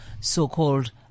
so-called